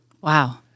Wow